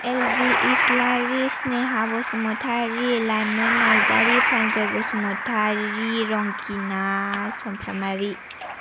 LB इस्लारि स्नेहा बसुमतारि लाइमोन नार्जारी प्रानजय बसुमतारि रंगिना समफ्रामारि